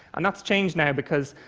and that's changed now because,